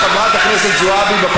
חבר הכנסת אבו עראר,